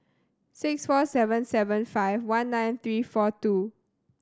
six four seven seven five one nine three four two